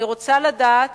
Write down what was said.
אני רוצה לדעת